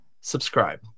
subscribe